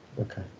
okay